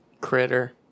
Critter